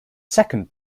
second